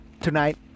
tonight